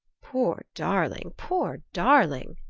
poor darling, poor darling,